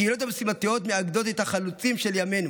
הקהילות המשימתיות מאגדות את החלוצים של ימינו,